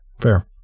fair